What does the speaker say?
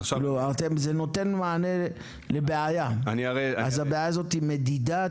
זה נותן מענה לבעיה, אז הבעיה הזאת היא מדידה?